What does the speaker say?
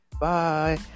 Bye